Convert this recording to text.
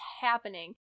happening